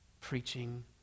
preaching